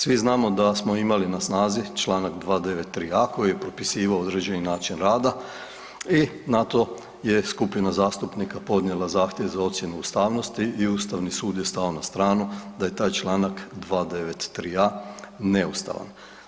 Svi znamo da smo imali na snazi čl. 293.a koji je propisivao određeni način rada i na to je skupina zastupnika podnijela zahtjev za ocjenu ustavnosti i Ustavni sud je stao na stranu da je taj čl. 239.a neustavan.